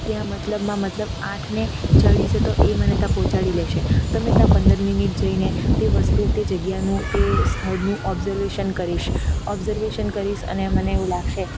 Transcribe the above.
ત્યાં મતલબમાં મતલબ આઠને ચાલીસે તો એ મને ત્યાં પહોંચાડી લેશે તો મેં તાં પંદર મિનિટ જઈને તે વસ્તુ તે જગ્યાનું તે સ્થળનું ઑબ્ઝર્વેશન કરીશ ઑબ્ઝર્વેશન કરીશ અને મને એવું લાગશે